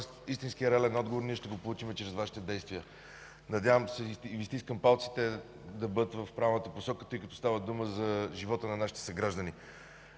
истинският реален отговор ние ще получим чрез Вашите действия. Надявам се и Ви стискам палци те да бъдат в правилната посока, тъй като става дума за живота на нашите съграждани.